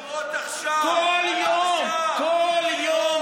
מדינת ישראל כמדינת הלאום של העם היהודי,